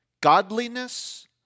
Godliness